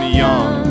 young